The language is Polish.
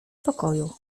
pokoju